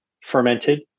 fermented